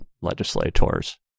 legislators